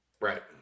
Right